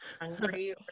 hungry